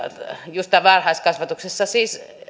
just tässä varhaiskasvatuksessa siis